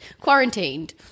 quarantined